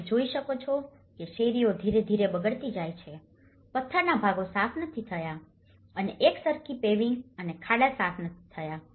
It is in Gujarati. તમે જોઈ શકો છો કે શેરીઓ ધીરે ધીરે બગડતી જાય છે પથ્થરના ભાગો સાફ નથી થયા અને એકસરખી પેવિંગ અને ખાડા સાફ નથી થયા